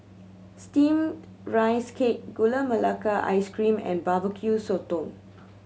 Steamed Rice Cake Gula Melaka Ice Cream and Barbecue Sotong